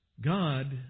God